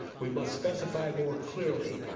we must specify more clearly,